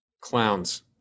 Clowns